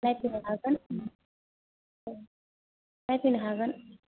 नायफैनो हागोन नायफैनो हागोन